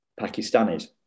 Pakistanis